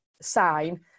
sign